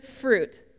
fruit